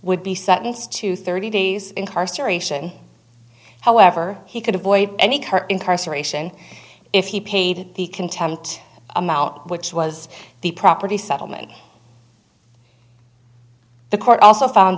would be sentenced to thirty days incarceration however he could avoid any current incarceration if he paid the contempt amount which was the property settlement the court also found